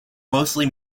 mostly